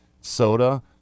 soda